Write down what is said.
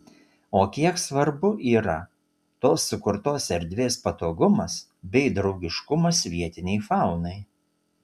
o kiek svarbu yra tos sukurtos erdvės patogumas bei draugiškumas vietinei faunai